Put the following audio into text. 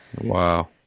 Wow